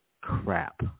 crap